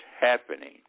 happening